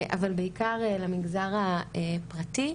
אבל בעיקר למגזר הפרטי,